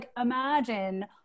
imagine